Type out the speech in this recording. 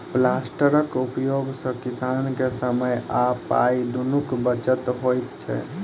प्लांटरक उपयोग सॅ किसान के समय आ पाइ दुनूक बचत होइत छै